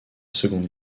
seconde